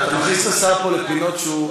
אתה מכניס את השר פה לפינות שהוא,